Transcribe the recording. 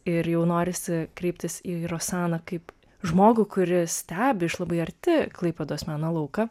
ir jau norisi kreiptis į rosaną kaip žmogų kuris stebi iš labai arti klaipėdos meno lauką